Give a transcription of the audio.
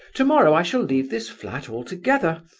tomorrow i shall leave this flat altogether,